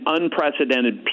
unprecedented